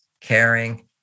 caring